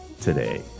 today